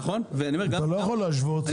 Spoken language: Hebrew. אתה לא יכול להשוות.